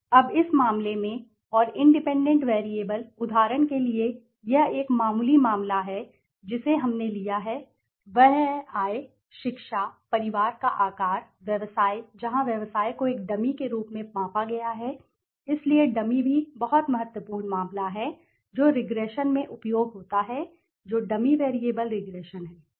अब इस मामले में और इंडिपेंडेंट वेरिएबल उदाहरण के लिए है यह एक मामूली मामला है जिसे हमने लिया है वह है आय शिक्षा परिवार का आकार व्यवसाय जहां व्यवसाय को एक डमी के रूप में मापा गया है इसलिए डमी भी बहुत महत्वपूर्ण मामला है जो रिग्रेशन में उपयोग होता है जो डमी वेरिएबल रिग्रेशन है